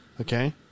Okay